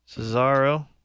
Cesaro